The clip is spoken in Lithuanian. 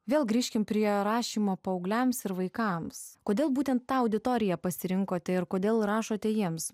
vėl grįžkime prie rašymo paaugliams ir vaikams kodėl būtent tą auditoriją pasirinkote ir kodėl rašote jiems